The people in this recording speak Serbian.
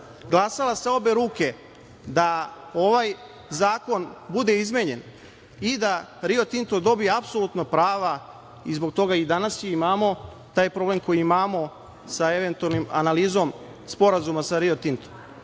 glasala sa obe ruke da ovaj zakon bude izmenjen i da Rio Tinto dobije apsolutna prava i zbog toga i danas ima pravo taj problem koji imamo sa eventualnom analizom sporazuma sa Rio Tintom.